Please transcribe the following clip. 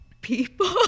people